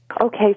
Okay